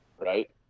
right